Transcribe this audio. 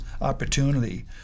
opportunity